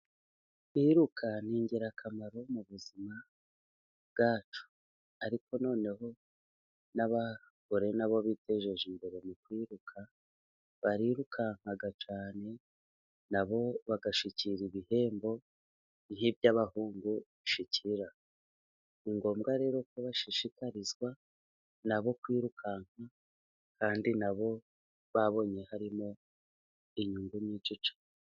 Kwiruka ni ingirakamaro mu buzima bwacu . Ariko noneho n'abagore na bo biteje imbere mu kwiruka . Barirukankacyane nabo bagashikira ibihembo nk'iby'abahungu bashikira. Ni ngombwa rero ko na bo bashishikarizwa kwirukanka ,kandi na bo babonye harimo inyungu nyinshi cyane.